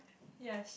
ya